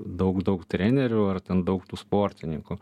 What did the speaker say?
daug daug trenerių ar ten daug tų sportininkų